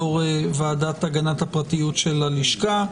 יו"ר ועדת הגנת הפרטיות של הלשכה.